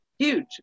huge